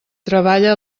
treballa